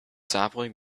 sapling